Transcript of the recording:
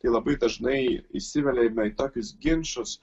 tai labai dažnai įsiveliame į tokius ginčus